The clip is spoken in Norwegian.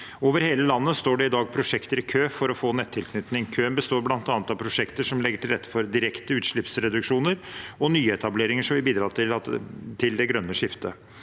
Over hele landet står det i dag prosjekter i kø for å få nettilknytning. Køen består bl.a. av prosjekter som legger til rette for direkte utslippsreduksjoner og nyetable ringer som vil bidra til det grønne skiftet.